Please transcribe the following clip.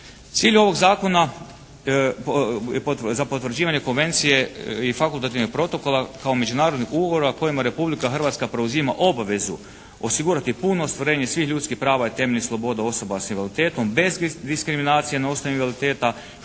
Cilj ovog Zakona za potvrđivanje konvencije i fakultativnog protokola kao međunarodnog ugovora kojima Republika Hrvatska preuzima obavezu osigurati puno ostvarenje svih ljudskih prava i temeljnih sloboda osoba s invaliditetom bez diskriminacije na osnovi invaliditeta što